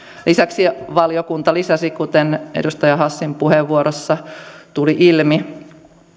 lisäksi valiokunta lisäsi kuten edustaja hassin puheenvuorossa tuli ilmi